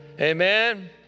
Amen